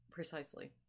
Precisely